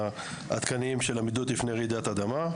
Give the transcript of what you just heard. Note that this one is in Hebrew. התקנים של עמידות בפני רעידת אדמה.